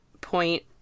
point